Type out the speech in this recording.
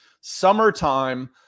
summertime